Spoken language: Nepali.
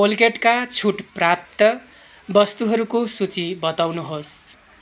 कोलगेटका छुट प्राप्त वस्तुहरूको सूची बताउनुहोस्